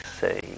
say